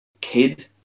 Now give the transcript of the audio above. Kid